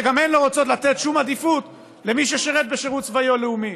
שגם הן לא רוצות לתת שום עדיפות למי ששירת בשירות צבאי או לאומי.